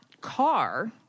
car